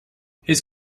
his